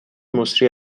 مسری